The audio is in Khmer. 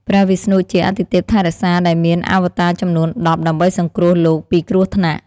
ព្រះវិស្ណុជាអាទិទេពថែរក្សា ដែលមានអវតារចំនួន ១០ ដើម្បីសង្គ្រោះលោកពីគ្រោះថ្នាក់។